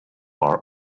are